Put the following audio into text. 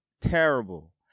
Terrible